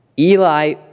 Eli